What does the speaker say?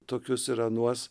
tokius ir anuos